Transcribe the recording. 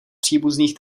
příbuzných